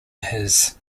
his